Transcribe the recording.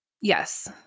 Yes